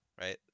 right